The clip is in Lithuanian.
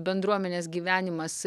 bendruomenės gyvenimas